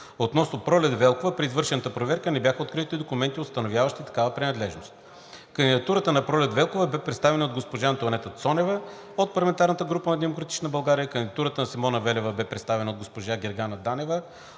Относно Пролет Велкова, при извършената проверка не бяха открити документи, установяващи такава принадлежност. Кандидатурата на Пролет Велкова беше представена от госпожа Антоанета Цонева от парламентарната група на „Демократична България“. Кандидатурата на Симона Велева беше представена от госпожа Гергана Данева